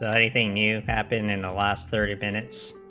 i mean you happen in the last thirty minutes